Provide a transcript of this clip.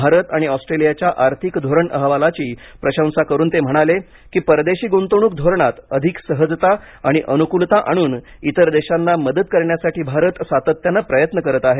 भारत आणि ऑस्ट्रेलियाच्या आर्थिक धोरण अहवालाची प्रशंसा करून ते म्हणाले की परदेशी गुंतवणूक धोरणात अधिक सहजता आणि अनुकूलता आणून इतर देशांना मदत करण्यासाठी भारत सातत्याने प्रयत्न करत आहे